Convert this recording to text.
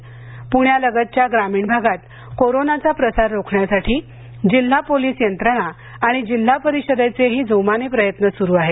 प्ण्यालगतच्या ग्रामीण भागात कोरोनाचा प्रसार रोखण्यासाठी जिल्हा पोलीस यंत्रणा आणि जिल्हा परिषदेचेही जोमाने प्रयत्न सुरू आहेत